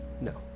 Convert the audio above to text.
no